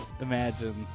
imagine